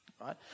right